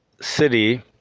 city